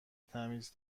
تمیز